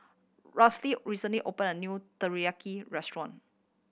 recently opened a new Teriyaki Restaurant